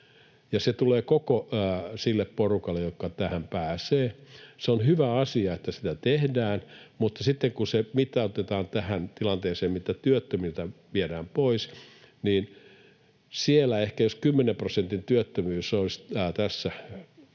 se tulee koko sille porukalle, joka tähän pääsee. Se on hyvä asia, että sitä tehdään, mutta sitten kun se mittautetaan tähän tilanteeseen, mitä työttömiltä viedään pois, niin ehkä jos kymmenen prosentin työttömyys olisi näissä